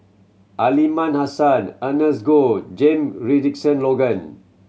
Aliman Hassan Ernest Goh Jame Richardson Logan